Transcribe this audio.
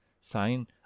Sign